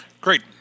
Great